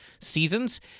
seasons